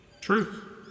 Truth